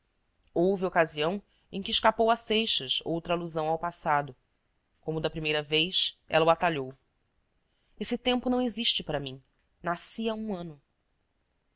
houve ocasião em que escapou a seixas outra alusão ao passado como da primeira vez ela o atalhou esse tempo não existe para mim nasci há um ano